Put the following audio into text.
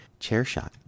ChairShot